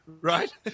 right